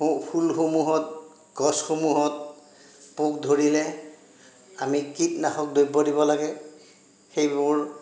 ফুলসমূহত গছসমূহত পোক ধৰিলে আমি কীটনাশক দ্ৰব্য দিব লাগে সেইবোৰ